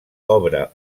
obre